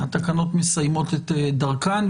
התקנות מסיימות את דרכן.